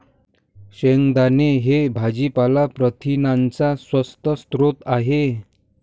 शेंगदाणे हे भाजीपाला प्रथिनांचा स्वस्त स्रोत आहे